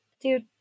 Dude